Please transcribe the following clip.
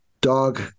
dog